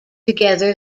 together